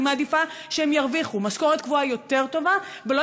אני מעדיפה שהם ירוויחו משכורת קבועה יותר טובה ולא